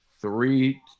three